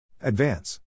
Advance